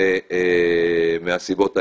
מהסיבות האלה,